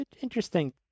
interesting